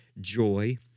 joy